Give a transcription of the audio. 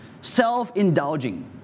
self-indulging